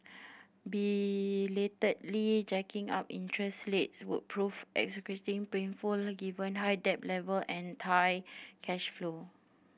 belatedly jacking up interest rates would prove excruciatingly painful given high debt level and tight cash flow